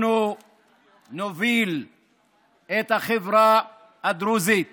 אנחנו נוביל את החברה הדרוזית